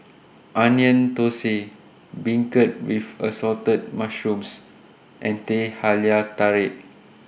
Onion Thosai Beancurd with Assorted Mushrooms and Teh Halia Tarik